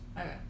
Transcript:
Okay